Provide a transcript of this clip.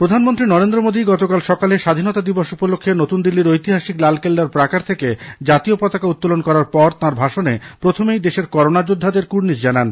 প্রধানমন্ত্রী নরেন্দ্র মোদী গতকাল সকালে স্বাধীনতা দিবস উপলক্ষে নতুন দিল্লির ঐতিহাসিক লালকেল্লার প্রাকার থেকে জাতীয় পতাকা উত্তোলন করার পর তাঁর ভাষণে প্রথমেই দেশের করোনা যোদ্ধাদের কুর্ণিশ জানান